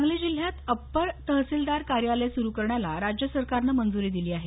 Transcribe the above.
सांगली जिल्ह्यात अप्पर तहसीलदार कार्यालय सुरु करण्याला राज्य सरकारने मंजूरी दिली आहे